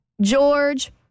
George